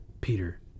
Peter